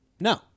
No